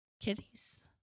Kitties